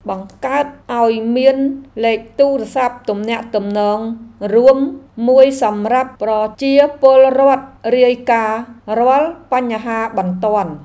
បង្កើតឱ្យមានលេខទូរស័ព្ទទំនាក់ទំនងរួមមួយសម្រាប់ប្រជាពលរដ្ឋរាយការណ៍រាល់បញ្ហាបន្ទាន់។